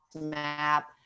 map